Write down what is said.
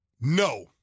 no